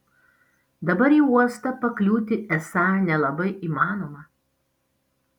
dabar į uostą pakliūti esą nelabai įmanoma